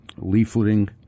leafleting